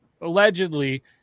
Allegedly